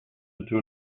into